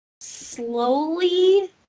slowly